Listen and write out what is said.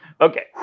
Okay